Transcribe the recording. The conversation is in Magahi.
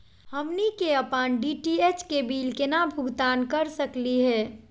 हमनी के अपन डी.टी.एच के बिल केना भुगतान कर सकली हे?